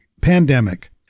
pandemic